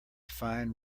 fine